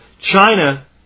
China